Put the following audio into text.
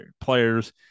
players